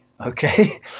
okay